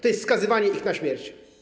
To jest skazywanie ich na śmierć.